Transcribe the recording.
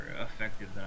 effective